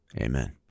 Amen